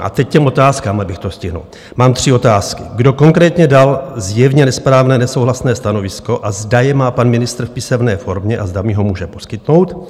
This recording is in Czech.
A teď k těm otázkám, abych to stihl, mám tři otázky: Kdo konkrétně dal zjevně nesprávné nesouhlasné stanovisko a zda je má pan ministr v písemné formě, zda mi ho může poskytnout?